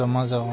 समाजाव